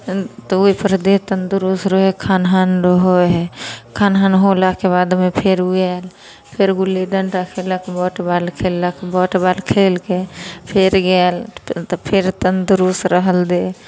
तऽ ओहिपर देह तन्दुरुस्त रहै हइ खनहन रहै हइ खनहन होलाके बादमे फेर ओ आयल फेर फेर गुल्ली डंटा खेललक बॉल बैट खेललक बॉल बैट खेलके फेर गेल तऽ फेर तन्दुरुस रहल देह